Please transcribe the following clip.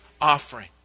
offering